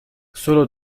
solo